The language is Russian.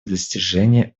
достижения